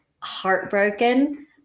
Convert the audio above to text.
heartbroken